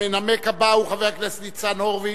המנמק הבא הוא חבר הכנסת ניצן הורוביץ,